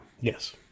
yes